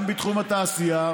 גם בתחום התעשייה,